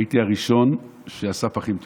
הייתי הראשון שעשה פחים טמונים.